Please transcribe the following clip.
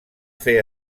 fer